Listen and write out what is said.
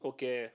Okay